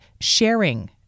sharing